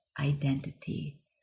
identity